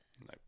Nope